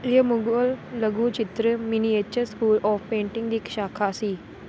ਇਹ ਮੁਗਲ ਲਘੂ ਚਿੱਤਰ ਮਿਨੀਏਚਰ ਸਕੂਲ ਓਫ਼ ਪੇਂਟਿੰਗ ਦੀ ਇੱਕ ਸ਼ਾਖਾ ਸੀ